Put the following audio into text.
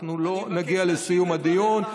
אנחנו לא נגיע לסיום הדיון.